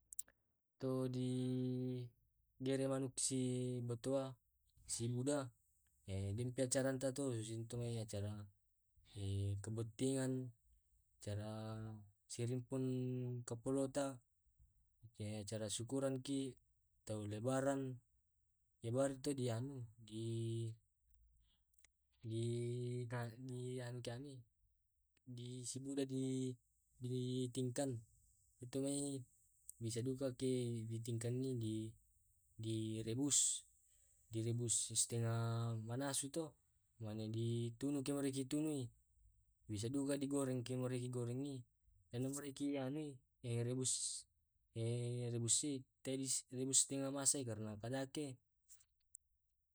To di gerek manuk si batoa si buda den pa caran ta to susinto mai acara e ka botingaan acara si rimpun kapolota, pake acara syukuran ki atau lebaran lebaran to di anu di di di anu kani di sibuda di di tingkan metumai bisadukake di tingkanne di di direbus di rebus setengah manasuto mane di tunuk ki mari ditunui bisa duka di goreng ke morai di gorengi ano morai ki anui he rebus he rebus sii ki tea di rebus setengah masai karna kadake.